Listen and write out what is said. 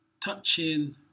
touching